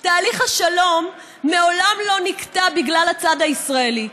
תהליך השלום מעולם לא נקטע בגלל הצד הישראלי.